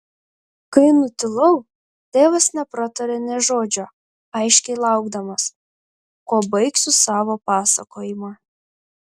kai nutilau tėvas nepratarė nė žodžio aiškiai laukdamas kuo baigsiu savo pasakojimą